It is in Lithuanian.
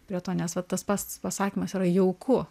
prie to nes vat tas pas pasakymas yra jauku